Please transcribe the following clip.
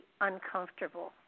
uncomfortable